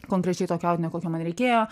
konkrečiai tokio audinio kokio man reikėjo